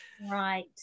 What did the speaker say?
Right